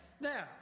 now